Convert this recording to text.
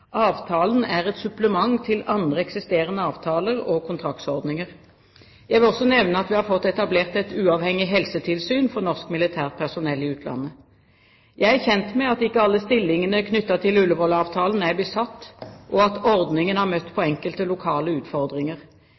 Avtalen er et supplement til andre eksisterende avtaler og kontraktsordninger. Jeg vil også nevne at vi har fått etablert et uavhengig helsetilsyn for norsk militært personell i utlandet. Jeg er kjent med at ikke alle stillingene knyttet til Ullevål-avtalen er besatt, og at ordningen har møtt på enkelte lokale utfordringer.